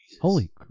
Holy